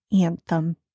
anthem